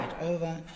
over